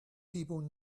people